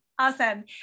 Awesome